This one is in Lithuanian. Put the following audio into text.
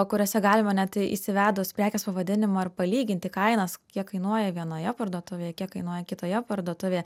kuriuose galima net įsivedus prekės pavadinimą ir palyginti kainas kiek kainuoja vienoje parduotuvėje kiek kainuoja kitoje parduotuvėje